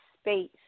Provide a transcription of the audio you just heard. space